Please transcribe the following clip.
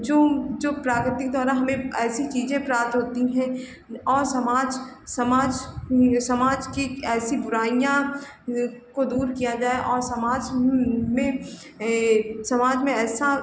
जो जो प्रकृति द्वारा हमें ऐसी चीज़ें प्राप्त होती हैं और समाज समाज यह समाज की ऐसी बुराइयाँ को दूर किया जाए और समाज में समाज में ऐसा